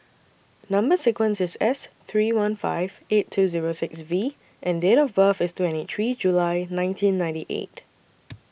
Number sequence IS S three one five eight two Zero six V and Date of birth IS twenty three July nineteen ninety eight